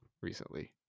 recently